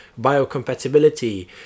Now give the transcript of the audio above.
biocompatibility